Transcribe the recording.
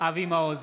אבי מעוז,